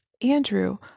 Andrew